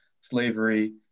slavery